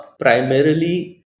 primarily